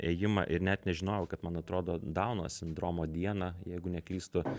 ėjimą ir net nežinojau kad man atrodo dauno sindromo dieną jeigu neklystu